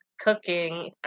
cooking